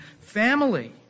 family